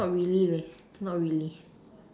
not really not really